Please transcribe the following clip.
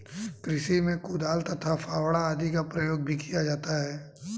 कृषि में कुदाल तथा फावड़ा आदि का प्रयोग भी किया जाता है